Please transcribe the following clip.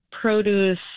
produce